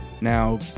Now